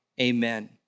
Amen